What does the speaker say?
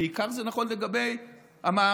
וזה נכון בעיקר לגבי המערב,